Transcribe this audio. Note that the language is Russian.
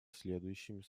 следующими